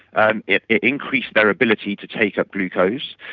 and it it increased their ability to take up glucose,